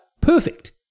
Perfect